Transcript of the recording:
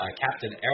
Captain